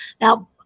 now